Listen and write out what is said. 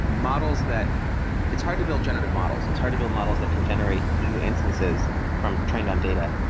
models that it's hard to build generative models. it's hard to build models that can generate new instances from trained on data.